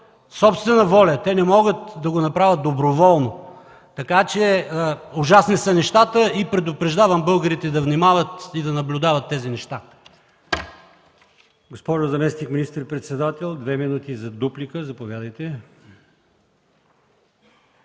собствена воля, не могат да го направят доброволно. Ужасни са нещата и предупреждавам българите да внимават и да наблюдават тези неща.